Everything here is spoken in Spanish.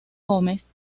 gómez